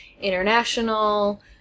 international